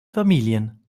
familien